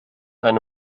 eine